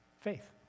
faith